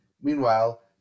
Meanwhile